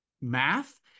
math